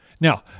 Now